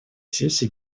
сессии